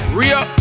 real